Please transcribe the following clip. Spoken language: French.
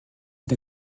est